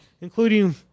including